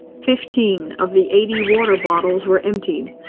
fifteen of the eighty water bottles were emptied.